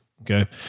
Okay